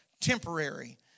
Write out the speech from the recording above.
temporary